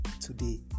today